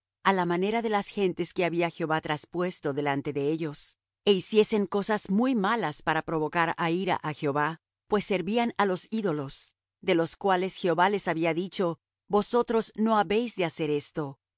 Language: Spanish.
á la manera de las gentes que había jehová traspuesto delante de ellos é hiciesen cosas muy malas para provocar á ira á jehová pues servían á los ídolos de los cuales jehová les había dicho vosotros no habéis de hacer esto